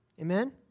Amen